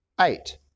Eight